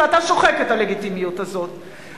ואתה שוחק את הלגיטימיות הזאת.